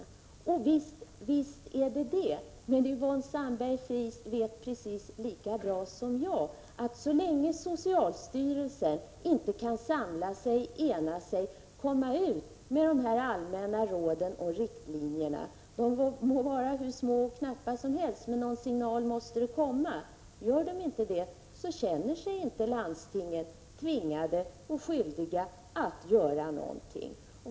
Naturligtvis kan de göra det, men Yvonne Sandberg-Fries vet precis lika bra som jag att så länge socialstyrelsen inte kan samla sig och komma ut med allmänna råd och riktlinjer — de må vara hur kortfattade som helst, men någon signal måste man ge — känner sig inte landstingen tvingade eller skyldiga att göra någonting.